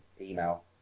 email